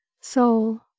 Soul